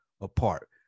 apart